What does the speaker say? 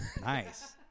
Nice